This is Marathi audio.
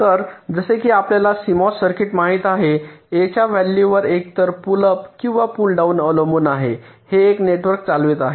तर जसे की आपल्याला सीएमओएस सर्किट माहित आहे ए च्या व्हॅल्यूवर एकतर पुल अप किंवा पुल डाउन अवलंबून आहे हे एक नेटवर्क चालवित आहे